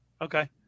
Okay